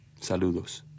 Saludos